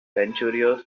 centurion